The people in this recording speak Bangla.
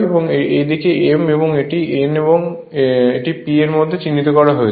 এবং এই দিকটি m এবং এটি N এবং এটি P ইতিমধ্যেই চিহ্নিত করা হয়েছে